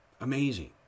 Amazing